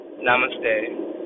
Namaste